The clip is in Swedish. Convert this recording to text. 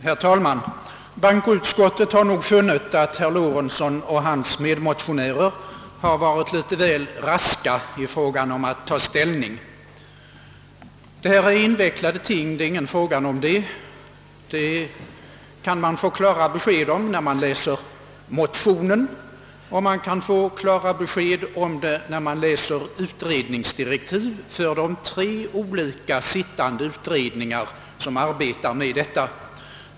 Herr talman! Bankoutskottet har nog funnit, att herr Lorentzon och hans medmotionärer har varit litet väl raska i fråga om att ta ställning. Det gäller invecklade ting. Därom råder ingen tvekan. Man kan få klara besked om det, när man läser motionen och utredningsdirektiven för de tre olika utredningar som arbetar med detta problem.